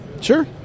Sure